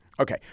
Okay